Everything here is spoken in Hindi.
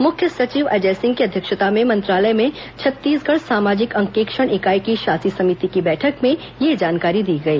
मुख्य सचिव अजय सिंह की अध्यक्षता में मंत्रालय में छत्तीसगढ़ सामाजिक अंकेक्षण इकाई की शासी समिति की बैठक में यह जानकारी दी गई